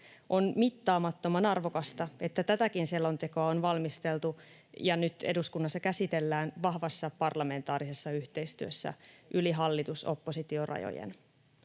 On mittaamattoman arvokasta, että tätäkin selontekoa on valmisteltu ja nyt eduskunnassa käsitellään vahvassa parlamentaarisessa yhteistyössä yli hallitus—oppositio-rajojen.